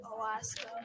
Alaska